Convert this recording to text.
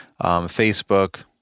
Facebook